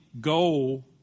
goal